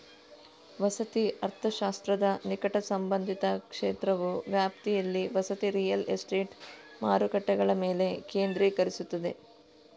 ವಸತಿ ಅರ್ಥಶಾಸ್ತ್ರದ ನಿಕಟ ಸಂಬಂಧಿತ ಕ್ಷೇತ್ರವು ವ್ಯಾಪ್ತಿಯಲ್ಲಿ ವಸತಿ ರಿಯಲ್ ಎಸ್ಟೇಟ್ ಮಾರುಕಟ್ಟೆಗಳ ಮೇಲೆ ಕೇಂದ್ರೀಕರಿಸುತ್ತದೆ